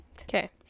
Okay